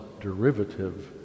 derivative